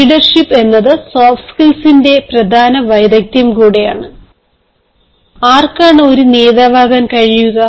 leadership എന്നത് soft skills ന്റെ പ്രധാന വൈദഗ്ദ്ധ്യം കൂടിയാണ് ആർക്കാണ് ഒരു നേതാവാകാൻ കഴിയുക